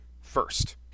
first